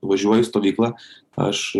važiuoji į stovyklą aš